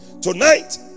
tonight